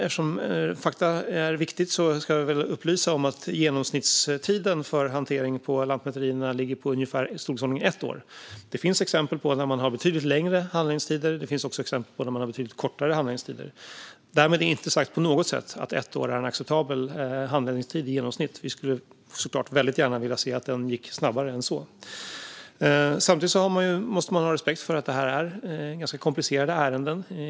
Eftersom fakta är viktigt vill jag upplysa om att genomsnittstiden för hantering på lantmäterierna ligger på ungefär ett år. Det finns exempel på att man har betydligt längre handläggningstid. Det finns också exempel på att man har betydligt kortare handläggningstider. Därmed inte sagt att ett år är en acceptabel handläggningstid i genomsnitt! Vi skulle såklart väldigt gärna vilja se att det hela gick snabbare än så. Samtidigt måste man ha respekt för att det handlar om komplicerade ärenden.